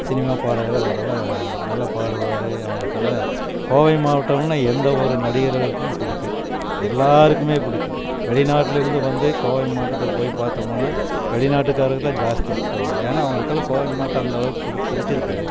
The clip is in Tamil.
சினிமா பாடகர் அவருலாம் நல்லா பாடுவார் அவங்களுக்குகெல்லாம் கோவை மாவட்டம்னா எந்த ஒரு நடிகருக்கும் பிடிக்கிம் எல்லாருக்கும் பிடிக்கி வெளிநாட்டுலேருந்து வந்து கோவை மாவட்டத்தை போய் பார்த்தமுனா வெளிநாட்டு காரர்தான் ஜாஸ்தி சுற்றுவாங்க ஏன்னா அவங்களுக்கெல்லாம் கோவை மாவட்டம் அந்தளவுக்கு புடு பிடிச்சிருக்கு